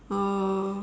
uh